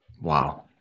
Wow